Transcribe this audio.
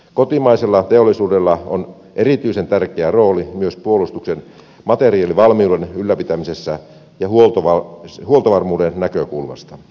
kotimaisella teollisuudella on erityisen tärkeä rooli myös puolustuksen materiaalivalmiuden ylläpitämisessä ja huoltovarmuuden näkökulmasta